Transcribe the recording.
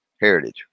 Heritage